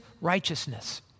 righteousness